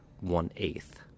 one-eighth